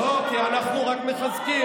לא, כי אנחנו רק מחזקים.